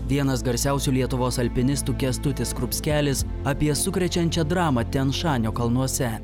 vienas garsiausių lietuvos alpinistų kęstutis skrupskelis apie sukrečiančią dramą tijan šanio kalnuose